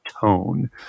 tone